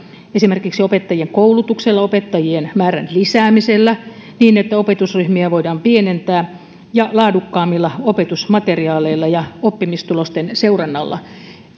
esimerkiksi opettajien koulutuksella opettajien määrän lisäämisellä niin että opetusryhmiä voidaan pienentää ja laadukkaammilla opetusmateriaaleilla ja oppimistulosten seurannalla